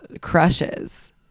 crushes